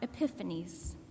epiphanies